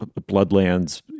Bloodlands